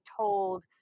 told